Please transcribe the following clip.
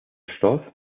stoff